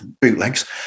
bootlegs